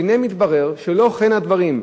והנה, מתברר שלא כן הדברים.